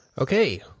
Okay